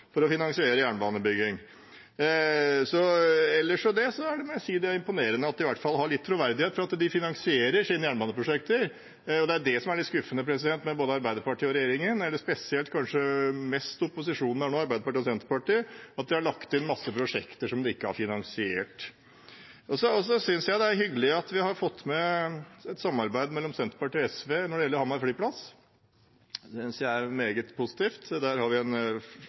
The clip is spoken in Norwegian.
for å finansiere jernbanebygging. Ellers må jeg si det er imponerende at de i hvert fall har litt troverdighet, for de finansierer sine jernbaneprosjekter. Det som er litt skuffende med både Arbeiderpartiet og regjeringen – kanskje mest opposisjonen, spesielt Arbeiderpartiet og Senterpartiet – er at de har lagt inn masse prosjekter som de ikke har finansiert. Jeg synes det er hyggelig at vi har fått med et samarbeid mellom Senterpartiet og SV når det gjelder Hamar flyplass. Det synes jeg er meget positivt. Der har vi en